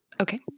Okay